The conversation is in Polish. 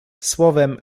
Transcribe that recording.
słowem